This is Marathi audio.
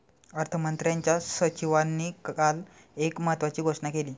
अर्थमंत्र्यांच्या सचिवांनी काल एक महत्त्वाची घोषणा केली